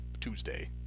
Tuesday